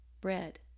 bread